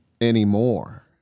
anymore